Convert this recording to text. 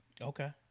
Okay